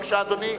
בבקשה, אדוני.